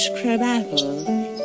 crabapple